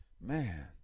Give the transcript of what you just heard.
man